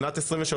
כרגע, בשנת 2023,